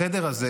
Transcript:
החדר הזה,